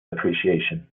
appreciation